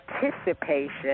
participation